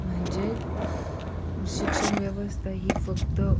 म्हणजे शिक्षण व्यवस्था ही फक्त